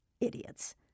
Idiots